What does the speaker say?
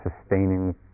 sustaining